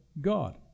God